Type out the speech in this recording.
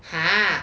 !huh!